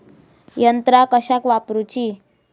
यंत्रा कशाक वापुरूची?